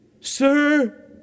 Sir